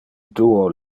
duo